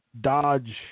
dodge